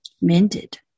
mended